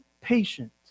patient